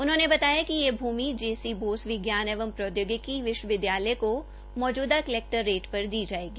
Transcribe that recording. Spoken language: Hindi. उन्होंने बताया कि यह भूमि जेसी बोस विज्ञान एवं प्रौदयोगिकी विश्वविदयालय को मौजूदा कलैक्टर रेट पर दी जाएगी